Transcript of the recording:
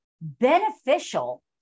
beneficial